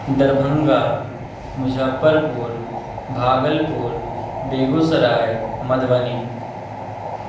Darbhanga Muzaffarpur Bhagalpur Begusarai Madhubani